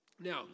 Now